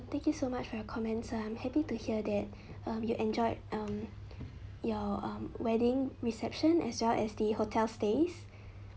thank you so much for your comments I'm happy to hear that um you enjoyed um your um wedding reception as well as the hotel stays